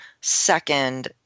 second